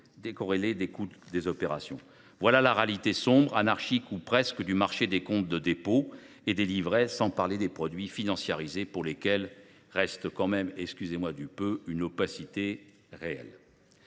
décorrélés du coût des opérations. Voilà la réalité sombre, anarchique ou presque, du marché des comptes de dépôt et des livrets, sans parler des produits financiarisés, pour lesquels règne la plus grande opacité. Cette